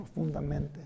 profundamente